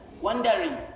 Wondering